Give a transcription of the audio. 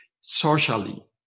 socially